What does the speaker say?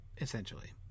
essentially